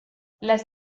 las